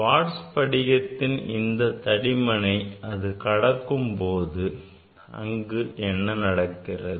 quartz படிகத்தின் இந்த தடிமனை அது கடக்கும் போது அங்கு என்ன நடக்கிறது